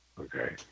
Okay